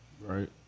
Right